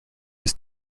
his